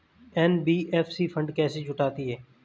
NBFC fund कैसे जुटाती है?